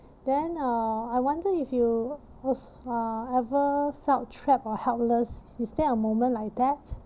then uh I wonder if you als~ uh ever felt trapped or helpless is there a moment like that